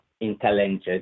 intelligent